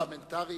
יכולת פרלמנטרית,